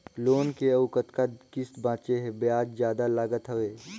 Loan के अउ कतका किस्त बांचें हे? ब्याज जादा लागत हवय,